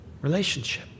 Relationship